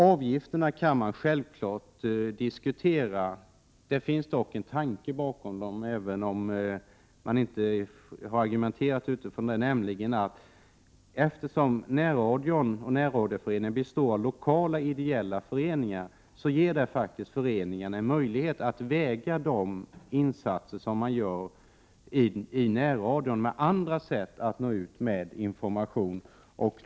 Avgifterna kan man självfallet diskutera. Det finns dock en tanke bakom dem, även om man inte har argumenterat utifrån det: Eftersom närradioföreningarna består av lokala ideella föreningar kan föreningarna väga de insatser som man gör i närradion mot andra sätt att nå ut med information.